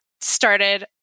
started